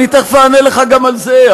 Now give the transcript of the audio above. אני תכף אענה לך גם על זה,